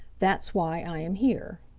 that's why i am here.